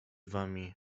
wami